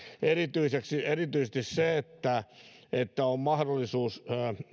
erityisesti erityisesti se että että on mahdollisuus